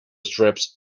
strips